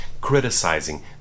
criticizing